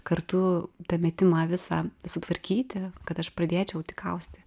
kartu tą metimą visą sutvarkyti kad aš pradėčiau tik austi